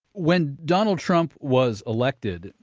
when donald trump was elected,